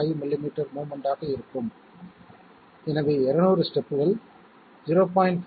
5 millimetre movement ஆக இருக்கும் எனவே 200 ஸ்டெப்கள் 0